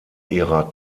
ihrer